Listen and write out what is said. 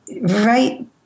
right